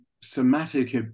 somatic